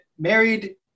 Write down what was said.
married